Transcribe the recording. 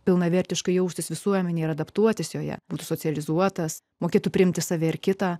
pilnavertiškai jaustis visuomenėje ir adaptuotis joje būtų socializuotas mokėtų priimti save ir kitą